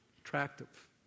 attractive